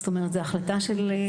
זאת אומרת זאת החלטה של הממשלה.